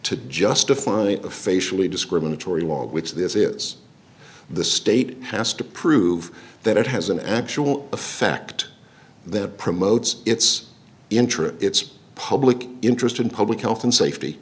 to justify a facially discriminatory law which this is the state has to prove that it has an actual fact that promotes its interests public interest in public health and safety